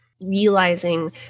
realizing